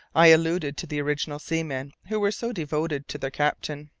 i allude to the original seamen who were so devoted to their captain.